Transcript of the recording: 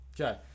Okay